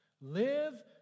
Live